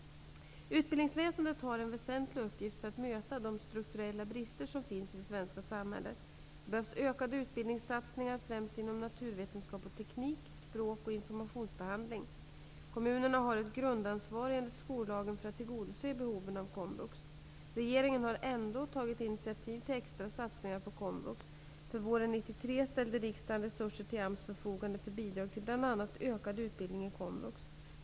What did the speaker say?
Utbildningsväsendet har en väsentlig uppgift för att möta de strukturella brister som finns i det svenska samhället. Det behövs ökade utbildningssatsningar främst inom naturvetenskap och teknik, språk och informationsbehandling. Kommunerna har ett grundansvar enligt skollagen för att tillgodose behoven av komvux. Regeringen har ändå tagit initiativ till extra satsningar på komvux. För våren 1993 ställde riksdagen resurser till AMS förfogande för bidrag till bl.a. ökad utbildning i komvux.